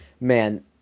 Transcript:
Man